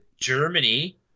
Germany